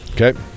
okay